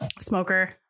smoker